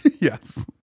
Yes